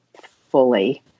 fully